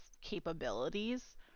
capabilities